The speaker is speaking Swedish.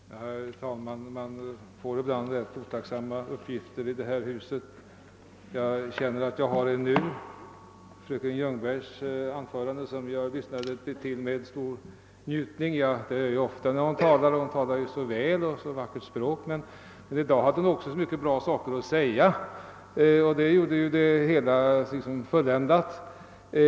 Herr talman! Man får ibland rätt otacksamma uppgifter i det här huset, och jag känner att jag har en sådan nu. Jag lyssnade till fröken Ljungbergs anförande med stor njutning som jag ofta gör, eftersom hon ju använder ett så vackert språk. I dag hade hon också så bra saker att säga, och det gjorde det hela fulländat.